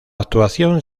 actuación